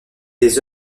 des